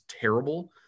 terrible